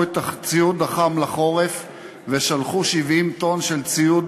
את הציוד החם לחורף ושלחו 70 טונות של ציוד